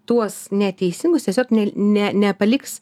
tuos neteisingus tiesiog ne ne nepaliks